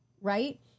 right